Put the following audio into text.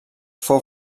fou